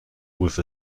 with